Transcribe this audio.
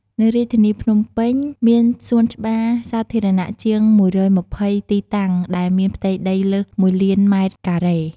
នៅរាជធានីភ្នំពេញ មានសួនច្បារសាធារណៈជាង ១២០ ទីតាំង ដែលមានផ្ទៃដីលើស ១លានម៉ែត្រការ៉េ។